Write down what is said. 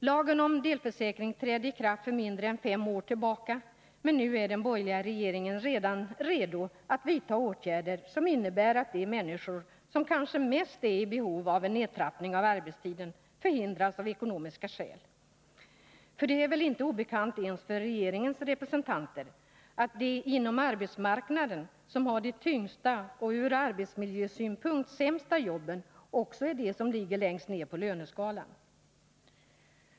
Lagen om delförsäkring trädde i kraft för mindre än fem år sedan, men redan nu är den borgerliga regeringen redo att vidta åtgärder som innebär att de människor som kanske mest är i behov av en nedtrappning av arbetstiden hindras från att göra det av ekonomiska skäl. Det är väl inte obekant ens för regeringens representanter att de inom arbetsmarknaden som har de tyngsta och ur arbetsmiljösynpunkt sämsta jobben också är de som ligger längst ner på löneskalan.